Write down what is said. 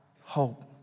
hope